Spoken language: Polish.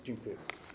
Dziękuję.